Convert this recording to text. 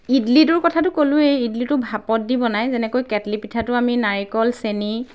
ইডলিটোৰ কথাটো ক'লোঁৱেই ইডলিটো ভাপত দি বনাই যেনেকৈ কেটলি পিঠাটো আমি নাৰিকল চেনি